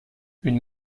une